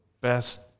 best